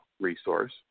resource